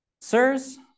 sirs